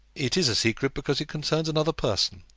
it is a secret, because it concerns another person.